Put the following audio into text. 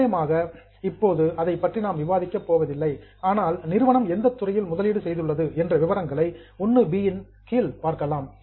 நிச்சயமாக இப்போது அதைப் பற்றி நாம் விவாதிக்க போவதில்லை ஆனால் நிறுவனம் எந்த துறையில் முதலீடு செய்துள்ளது என்ற விவரங்களை 1 இன் கீழ் பார்க்கலாம்